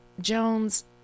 Jones